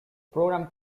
program